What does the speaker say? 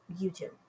YouTube